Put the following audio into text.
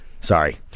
Sorry